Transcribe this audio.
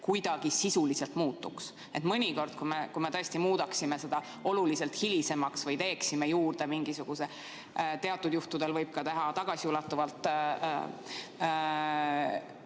kuidagi sisuliselt muutuks. Mõnikord me tõesti muudaksime seda oluliselt hilisemaks või teeksime juurde mingisuguse rakendamise, mida teatud juhtudel võib ka teha tagasiulatuvalt,